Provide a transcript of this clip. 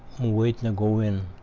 waiting to go in.